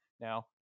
now